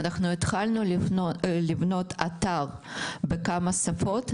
אנחנו התחלנו לבנות אתר בכמה שפות,